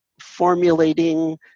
formulating